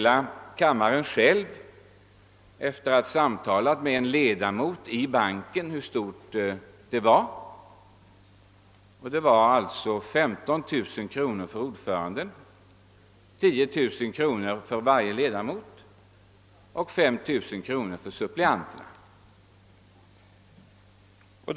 Han kunde så småningom efter att ha samtalat med en ledamot av bankens styrelse själv meddela kammaren att arvodet var 15 000 kronor till ordföranden, 10 000 kronor till varje ledamot och 5 000 kronor till varje suppleant.